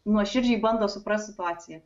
nuoširdžiai bando suprast situaciją